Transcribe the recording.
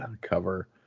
cover